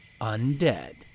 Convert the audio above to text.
undead